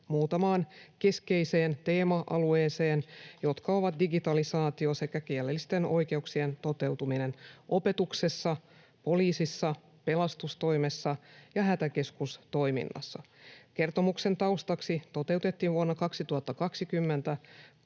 muutamaan keskeiseen teema-alueeseen, jotka ovat digitalisaatio sekä kielellisten oikeuksien toteutuminen opetuksessa, poliisissa, pelastustoimessa ja hätäkeskustoiminnassa. Kertomuksen taustaksi toteutettiin vuonna 2020